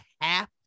half